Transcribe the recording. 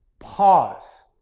pause,